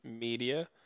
media